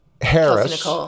Harris